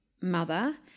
mother